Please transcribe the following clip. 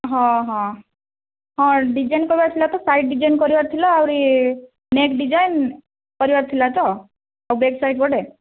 ହଁ ହଁ ହଁ ଡିଜାଇନ୍ କରିବାର୍ ଥିଲା ତ ସାଇଡ଼୍ ଡିଜାଇନ୍ କରିବାର୍ ଥିଲା ଆହୁରି ନେକ୍ ଡିଜାଇନ୍ କରିବାର ଥିଲା ତ ଆଉ ବ୍ୟାକ୍ ସାଇଡ଼୍ ପଟେ